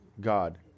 God